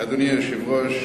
אדוני היושב-ראש,